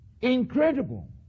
incredible